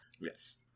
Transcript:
Yes